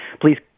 please